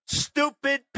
stupid